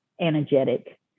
energetic